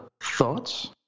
thoughts